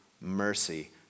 mercy